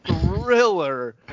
thriller